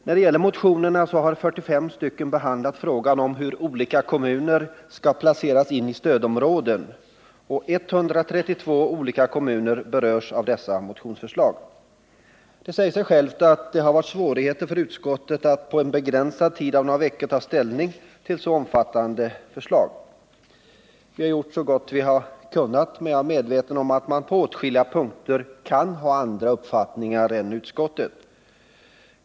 45 av motionerna har behandlat frågan om hur olika kommuner skall placeras i stödområden, och 132 olika kommuner berörs av motionsförslagen. Det säger sig självt att det varit svårt för utskottet att på den begränsade tiden av några veckor ta ställning till så omfattande förslag. Vi har gjort så gott vi kunnat, men jag är medveten om att man på åtskilliga punkter kan ha andra uppfattningar än utskottet.